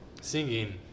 singing